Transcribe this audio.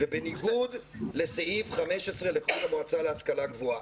זה בניגוד לסעיף 15 לחוק המועצה להשכלה גבוהה.